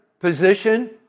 position